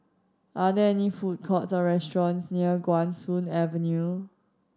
are there any food courts or restaurants near Guan Soon Avenue